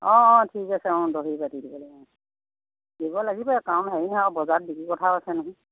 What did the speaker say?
অঁ অ ঠিক আছে অঁ দহি বাতি দিবলৈ অঁ দিব লাগিবই কাৰণ হেৰি নহয় বজাৰত বিক্ৰী কথাও আছে নহয়